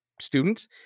students